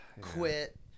quit